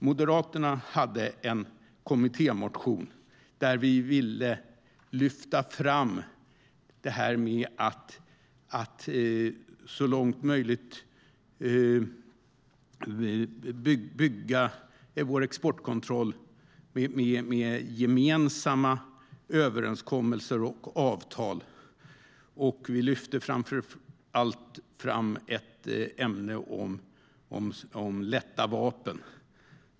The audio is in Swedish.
Moderaterna hade en kommittémotion om att vi vill lyfta fram att vi så långt som möjligt ska bygga vår exportkontroll genom gemensamma överenskommelser och avtal. Vi ville framför allt lyfta fram lätta vapen.